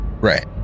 Right